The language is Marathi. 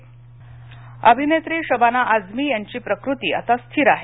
शबानाआझमी अभिनेत्री शबाना आझमी यांची प्रकृती आता स्थिर आहे